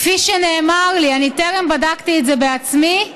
כפי שנאמר לי, טרם בדקתי את זה בעצמי,